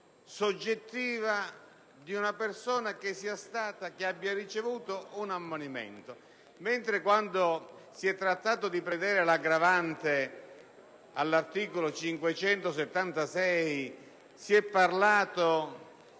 soggettiva di una persona che abbia ricevuto un ammonimento. Quando si è trattato di prevedere l'aggravante di cui all'articolo 576 del